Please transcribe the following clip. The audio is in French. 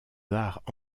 arts